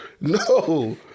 No